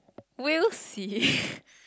we'll see